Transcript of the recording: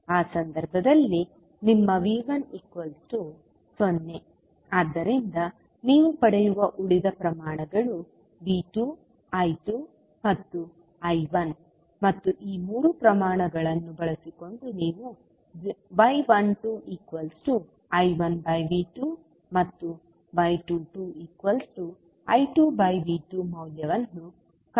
ಆ ಸಂದರ್ಭದಲ್ಲಿ ನಿಮ್ಮ V10 ಆದ್ದರಿಂದ ನೀವು ಪಡೆಯುವ ಉಳಿದ ಪ್ರಮಾಣಗಳು V2 I2 ಮತ್ತು I1 ಮತ್ತು ಈ ಮೂರು ಪ್ರಮಾಣಗಳನ್ನು ಬಳಸಿಕೊಂಡು ನೀವು y12I1V2 ಮತ್ತು y22I2V2 ಮೌಲ್ಯವನ್ನು ಕಂಡುಹಿಡಿಯುತ್ತೀರಿ